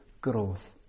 growth